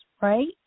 right